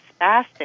spastic